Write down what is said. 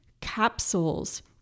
capsules